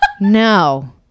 no